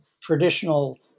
traditional